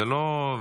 זה לא,